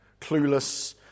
Clueless